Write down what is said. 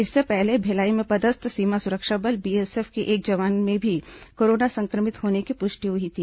इससे पहले भिलाई में पदस्थ सीमा सुरक्षा बल बीएसएफ के एक जवान के भी कोरोना संक्रमित होने की पुष्टि हुई थी